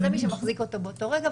שזה מי שמחזיק אותו באותו רגע,